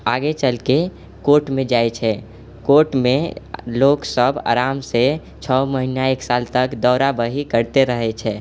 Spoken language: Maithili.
आगे चलके कोर्टमे जाइ छै कोर्टमे लोग सब आरामसँ छओ महीना एक साल तक दौड़ा बही करते रहै छै